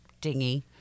dingy